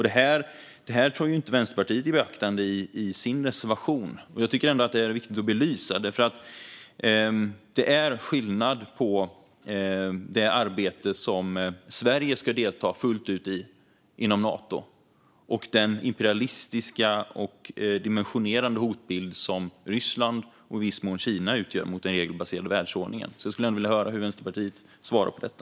Det tar inte Vänsterpartiet i beaktande i sin reservation. Det är ändå viktigt att belysa. Det är skillnad på det arbete som Sverige ska delta fullt ut i inom Nato och den imperialistiska och dimensionerande hotbild som Ryssland och i viss mån Kina utgör mot den regelbaserade världsordningen. Jag skulle ändå vilja höra hur Vänsterpartiet svarar på detta.